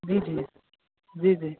जी जी जी